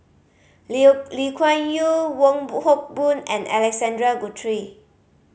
Liu Lee Kuan Yew Wong Hock Boon and Alexander Guthrie